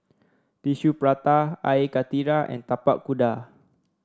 Tissue Prata Air Karthira and Tapak Kuda